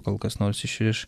kol kas nors išriš